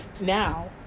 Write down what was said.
Now